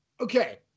okay